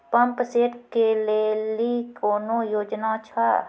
Pump set केलेली कोनो योजना छ?